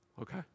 Okay